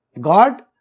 God